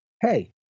Hey